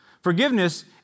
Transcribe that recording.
Forgiveness